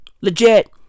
Legit